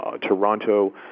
Toronto